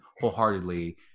wholeheartedly